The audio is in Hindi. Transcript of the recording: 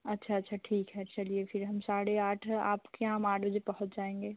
अच्छा अच्छा ठीक है चलिए फिर हम साढ़े आठ आपके यहाँ हम आठ बजे पहुँच जाएँगे